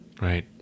Right